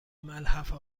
ملحفه